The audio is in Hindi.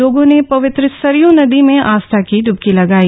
लोगों ने पवित्र सरय् नदी में आस्था की इबकी लगाई